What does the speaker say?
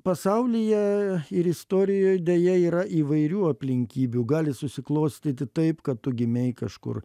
pasaulyje ir istorijoj deja yra įvairių aplinkybių gali susiklostyti taip kad tu gimei kažkur